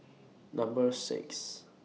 Number six